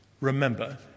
remember